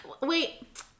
Wait